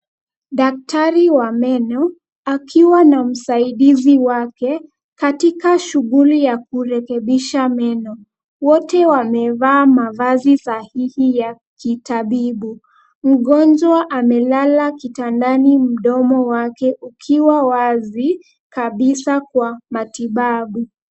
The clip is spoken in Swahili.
Daktari wa meno, akiwa na msaidizi wake, katika shughuli ya kurekebisha meno. Wote wamevaa mavazi sahihi ya kitabibu. Mgonjwa amelala kitandani mdomo wake ukiwa wazi kabisa kwa matibabu.